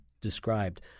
described